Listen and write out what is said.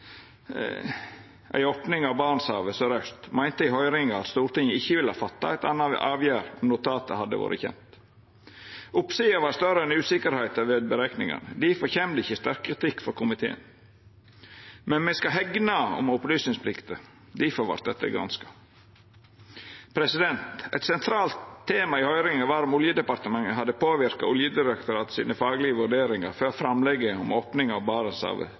ei opning av Barentshavet søraust, meinte i høyringa at Stortinget ikkje ville ha teke ei anna avgjerd om notatet hadde vore kjent. Oppsida var større enn usikkerheita ved berekningane. Difor kjem det ikkje sterk kritikk frå komiteen. Men me skal hegna om opplysningsplikta. Difor vart dette granska. Eit sentralt tema i høyringa var om Oljedepartementet hadde påverka Oljedirektoratet sine faglege vurderingar før framlegget om opninga av